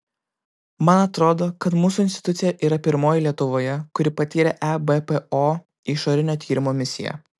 man atrodo kad mūsų institucija yra pirmoji lietuvoje kuri patyrė ebpo išorinio tyrimo misiją